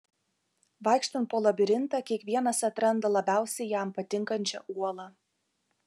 vaikštant po labirintą kiekvienas atranda labiausiai jam patinkančią uolą